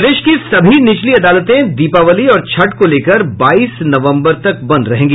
प्रदेश की सभी निचली अदालतें दीपावली और छठ को लेकर बाईस नवंबर तक बंद रहेंगी